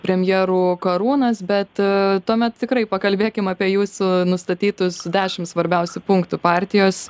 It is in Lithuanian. premjerų karūnas bet tuomet tikrai pakalbėkim apie jūsų nustatytus dešimt svarbiausių punktų partijos